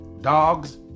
dogs